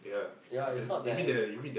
ya it's not that